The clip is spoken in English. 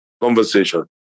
conversation